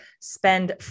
spend